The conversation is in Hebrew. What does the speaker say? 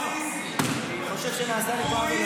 אני חושב שנעשה לי פה עוול.